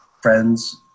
friends